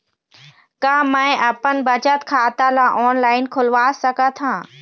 का मैं अपन बचत खाता ला ऑनलाइन खोलवा सकत ह?